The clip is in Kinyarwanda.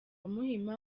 muhima